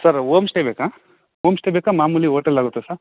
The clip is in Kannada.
ಸರ್ ಓಮ್ಸ್ಟೇ ಬೇಕಾ ಓಮ್ಸ್ಟೇ ಬೇಕಾ ಮಾಮೂಲಿ ಓಟೆಲ್ ಆಗುತ್ತ ಸರ್